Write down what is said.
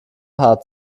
hart